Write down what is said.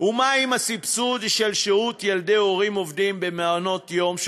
ומה עם הסבסוד של שהות ילדי הורים עובדים במעונות יום,